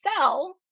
sell